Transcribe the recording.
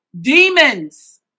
demons